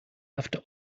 after